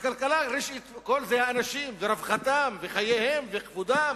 הכלכלה זה האנשים ורווחתם וחייהם וכבודם